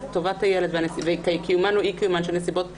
טובת הילד וקיומן או אי-קיומן של נסיבות מיוחדות.